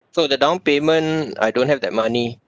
so the down payment I don't have that money